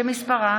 שמספרה